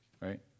right